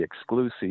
exclusive